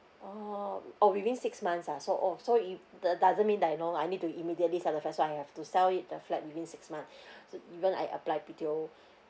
oh oh within six months ah so oh so if that doesn't mean that you know I need to immediately sell the first one I have to sell it the flat within six months so even I applied B_T_O